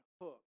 hook